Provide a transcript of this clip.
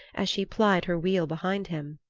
as she plied her wheel behind him